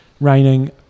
raining